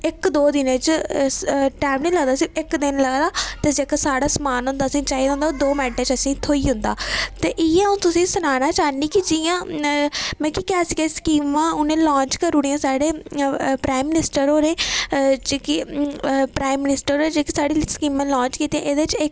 उसी इक्क दौ दिन च उसी इक्क दिन च टैम निं लगदा ओह् जेह्का समान चाहिदा होंदा ओह् जेह्का असेंगी थ्होई जंदा इयै तुसेंगी सनाना चाह्न्नी कि जियां कैसी कैसी स्कीमां उनें लांच करी ओड़ी आं साढ़े प्राईम मिनीस्टर होरें जेह्की साढ़ी स्कीमां लांच कीत्तियां एह्दे च